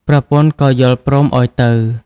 ប្រពន្ធក៏យល់ព្រមឱ្យទៅ។